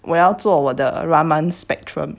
我要做我的 raman spectrum